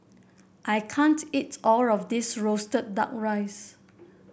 I can't eat all of this roasted duck rice